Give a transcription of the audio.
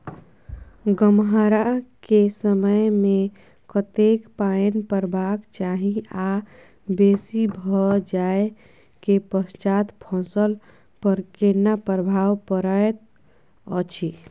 गम्हरा के समय मे कतेक पायन परबाक चाही आ बेसी भ जाय के पश्चात फसल पर केना प्रभाव परैत अछि?